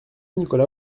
nicolas